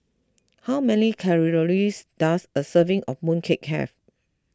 how many calories does a serving of Mooncake have